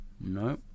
No